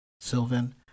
Sylvan